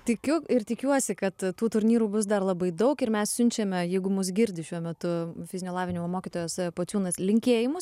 tikiu ir tikiuosi kad tų turnyrų bus dar labai daug ir mes siunčiame jeigu mus girdi šiuo metu fizinio lavinimo mokytojas pociūnas linkėjimus